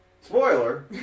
Spoiler